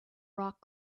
rock